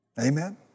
Amen